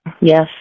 Yes